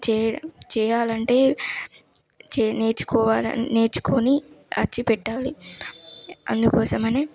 చేయ చేయాలంటే చే నేర్చుకోవా నేర్చుకొని వచ్చి పెట్టాలి అందుకోసమని